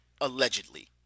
allegedly